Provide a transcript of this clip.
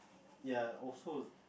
ya also